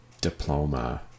diploma